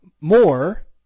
more